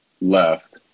left